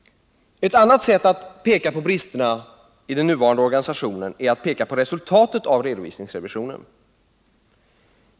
Ett annat sätt att beskriva bristerna i den nuvarande organisationen är att peka på resultatet av redovisningsrevisionen.